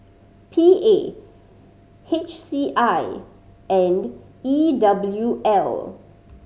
P A H C I and E W L